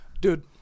Dude